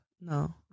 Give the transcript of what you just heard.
No